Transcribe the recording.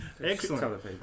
Excellent